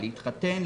להתחתן,